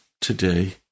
today